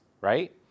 Right